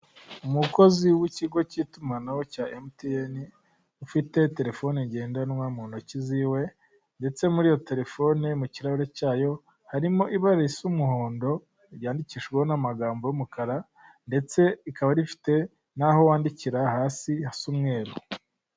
Umukozi w'ikigo cy'itumanaho cya emutiyrne ufite telefone ngendanwa mu ntoki ziwe, ndetse muri iyo telefone mu kirahure cyayo harimo ibara risa umuhondo ryandikishijweho n'amagambo y'umukara, ndetse rikaba rifite n'aho wandikira hasa umweru.